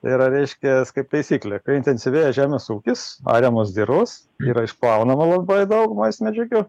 yra reiškias kaip taisyklė kai intensyvėja žemės ūkis ariamos dirvos yra išplaunama labai daug maistmedžiagių